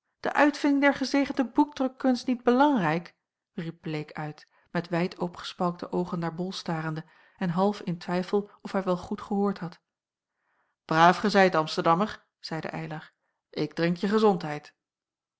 de uitvinding der gezegende boekdrukkunst niet belangrijk riep bleek uit met wijdopgespalkte oogen naar bol starende en half in twijfel of hij wel goed gehoord had braaf gezeid amsterdammer zeide eylar ik drink je gezondheid